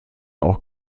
auch